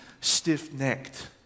stiff-necked